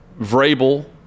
Vrabel